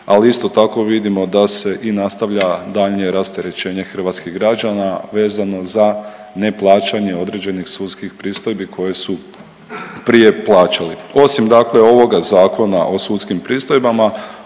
ali isto tako vidimo da se i nastavlja daljnje rasterećenje hrvatskih građana vezano za neplaćanje određenih sudskih pristojbi koje su prije plaćali. Osim dakle ovoga Zakona o sudskim pristojbama